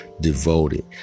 devoted